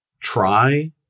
try